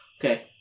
Okay